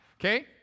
Okay